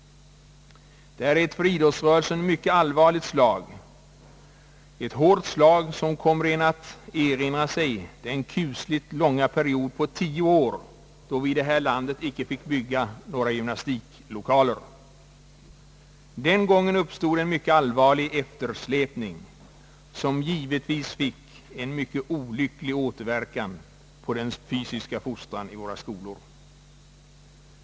Det är ett för idrottsrörelsen mycket allvarligt slag som kommer en att erinra sig den kusligt långa period på tio år, då vi här i landet inte fick bygga några gymnastiklokaler. Den gången uppstod en mycket allvarlig eftersläpning som givetvis fick en olycklig återverkan på den fysiska fostran i våra skolor.